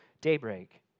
daybreak